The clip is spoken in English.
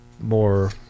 more